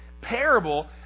parable